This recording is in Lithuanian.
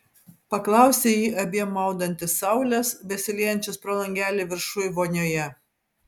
paklausė ji abiem maudantis saulės besiliejančios pro langelį viršuj vonioje